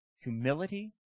Humility